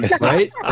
right